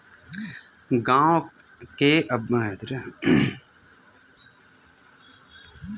गाँव के अब्बड़ झन किसान मन ह घर म देसी नसल के कुकरी ल पोसथे